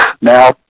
Now